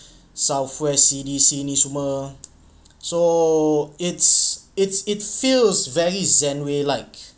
south west C_D_C ni semua so it's it's it feels very zenway like